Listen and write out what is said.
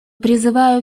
призываю